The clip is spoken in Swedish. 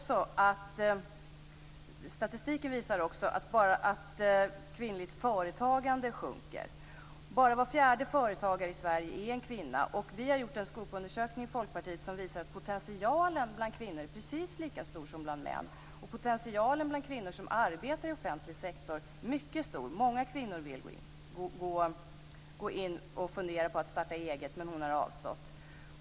Statistiken visar också att kvinnligt företagande sjunker. Bara var fjärde företagare i Sverige är kvinna. Folkpartiet har gjort en Skop-undersökning som visar att potentialen bland kvinnor är precis lika stor som bland män. Potentialen för kvinnor som arbetar i offentlig sektor är mycket stor. Många kvinnor funderar på att starta eget, men de avstår.